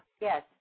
Yes